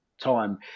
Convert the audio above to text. time